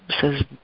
says